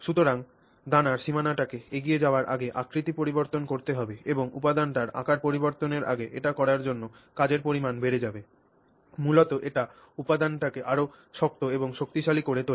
সুতরাং দানার সীমানাটাকে এগিয়ে যাওয়ার আগে আকৃতি পরিবর্তন করতে হবে এবং উপাদানটির আকার পরিবর্তনের আগে এটি করার জন্য কাজের পরিমাণ বেড়ে যাবে মূলত এটি উপাদানটিকে আরও শক্ত এবং শক্তিশালী করে তোলে